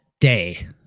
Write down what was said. day